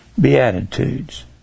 Beatitudes